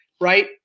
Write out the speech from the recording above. right